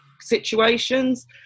situations